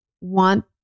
want